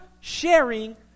sharing